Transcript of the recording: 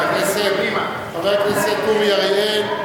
חבר הכנסת אורי אריאל,